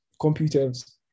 computers